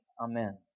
Amen